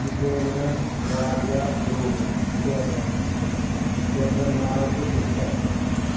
یہِ پیٚو مےٚ واریاہ درٛۅگ ریٹس یَتھ زَن ناو چھُ مِکسر